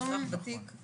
אזרח ותיק?